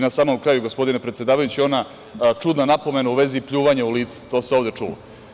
Na samom kraju, gospodine predsedavajući, ona čudna napomena u vezi pljuvanja u lice, to se ovde čulo.